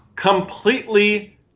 completely